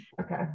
okay